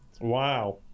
wow